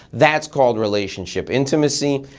that's called relationship intimacy.